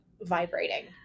vibrating